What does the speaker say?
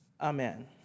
Amen